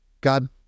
God